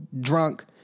drunk